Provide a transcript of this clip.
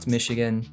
Michigan